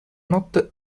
notte